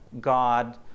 god